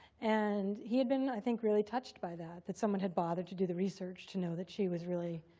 and he had been, i think, really touched by that, that someone had bothered to do the research to know that she was really,